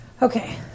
Okay